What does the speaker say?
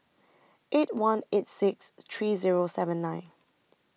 eight one eight six three Zero seven nine